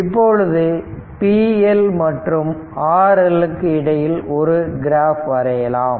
இப்பொழுது p L மற்றும் RL க்கு இடையில் ஒரு கிராப் வரையலாம்